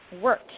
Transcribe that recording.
work